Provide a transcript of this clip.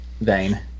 vein